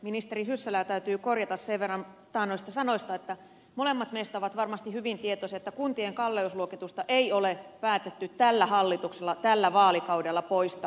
ministeri hyssälää täytyy korjata sen verran taannoisista sanoista että molemmat meistä ovat varmasti hyvin tietoisia että kuntien kalleusluokitusta ei ole päätetty tämän hallituksen toimesta tällä vaalikaudella poistaa